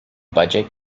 budget